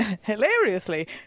hilariously